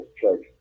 church